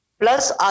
Plus